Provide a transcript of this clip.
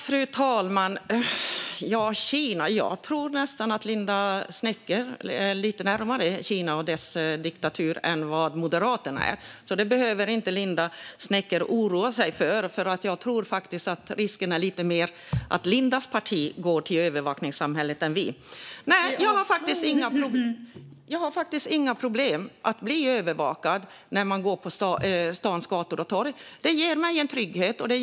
Fru talman! Jag tror att Linda Westerlund Snecker står lite närmare Kina och dess diktatur än vad Moderaterna gör. Linda Westerlund Snecker behöver alltså inte oroa sig. Jag tror nämligen att risken är lite större att Lindas parti går mot ett övervakningssamhälle än att vi gör det. Jag har inga problem med att bli övervakad när jag går på stadens gator och torg. Det ger mig trygghet.